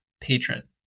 patron